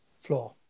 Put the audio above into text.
floor